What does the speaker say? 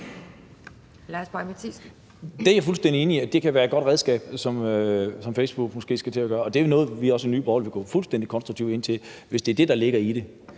Det er jeg fuldstændig enig i kan være et godt redskab, som Facebook måske skal til at bruge, og det er jo noget, vi også i Nye Borgerlige vil gå fuldstændig konstruktivt ind til, hvis det er det, der ligger i det